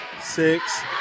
six